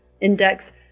Index